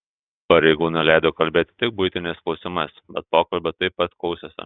pareigūnai leido kalbėti tik buitiniais klausimais bet pokalbio taip pat klausėsi